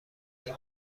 این